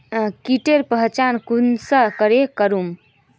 कीटेर पहचान कुंसम करे करूम?